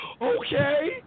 okay